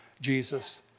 Jesus